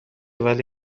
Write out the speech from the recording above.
ولی